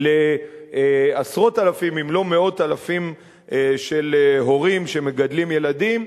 לעשרות אלפים אם לא מאות אלפים של הורים שמגדלים ילדים.